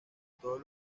todos